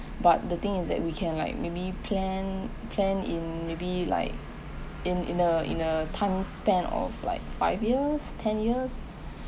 but the thing is that we can like maybe plan plan in maybe like in in a in a time span of like five years ten years